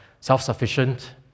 self-sufficient